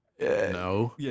No